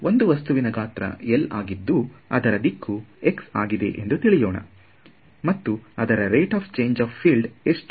ಒಂದು ವಸ್ತುವಿನ ಗಾತ್ರ L ಆಗಿದ್ದು ಆದರ ದಿಕ್ಕು x ಆಗಿದೆ ಎಂದು ತಿಳಿಯೋಣ ಮತ್ತು ಅದರ rate of change of field ಎಷ್ಟು